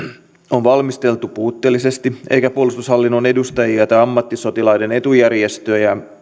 on valmisteltu puutteellisesti eikä puolustushallinnon edustajia tai ammattisotilaiden etujärjestöjä